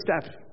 step